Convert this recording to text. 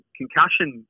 concussion